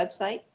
website